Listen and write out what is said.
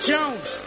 Jones